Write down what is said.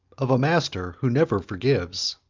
of a master who never forgives,